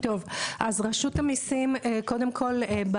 קודם כל,